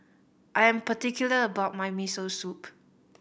I am particular about my Miso Soup